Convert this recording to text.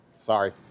Sorry